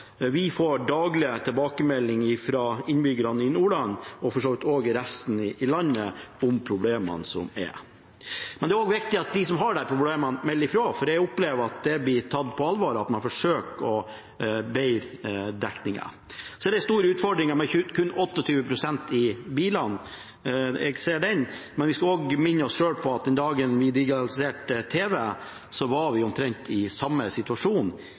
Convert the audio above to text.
Vi får daglig tilbakemeldinger fra innbyggerne i Nordland, og for så vidt også fra resten av landet, om de problemene som er. Men det er også viktig at de som har disse problemene, melder fra, for jeg opplever at det blir tatt på alvor, og at man forsøker å bedre dekningen. Så er det en stor utfordring at det kun er 28 pst. som har DAB i bilene – jeg ser den, men vi skal også minne oss selv på at den dagen vi digitaliserte tv, var vi omtrent i samme situasjon